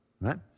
right